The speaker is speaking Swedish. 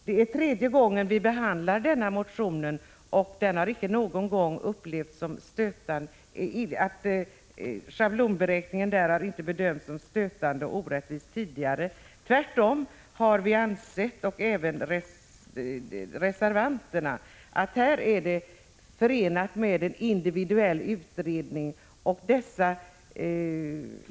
Det är tredje gången vi behandlar en motion med samma krav, och den gällande schablonberäkningen har inte någon gång tidigare bedömts som stötande och orättvis. Tvärtom har både vi och de nu aktuella reservanterna sett beräkningen i förening med en individuell utredning som den bästa lösningen.